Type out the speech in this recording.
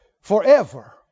forever